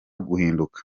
guhinduka